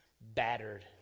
battered